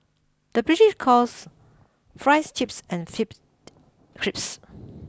the British calls fries chips and chips crisps